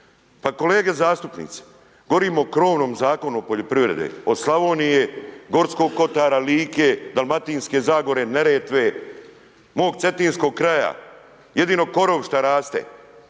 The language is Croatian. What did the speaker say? Pa kolege zastupnici, govorim o krovnom Zakonu o poljoprivredi. Od Slavonije, Gorskog kotara, Like, Dalmatinske zagore, Neretve, mog cetinskog kraja. Jedino korov što raste.